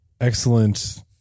Excellent